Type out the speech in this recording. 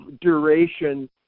duration